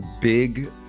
big